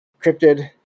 cryptid